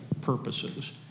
purposes